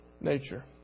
nature